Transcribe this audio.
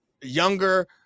younger